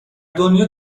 دنیا